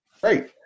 Great